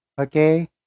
okay